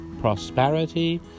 prosperity